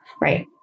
Right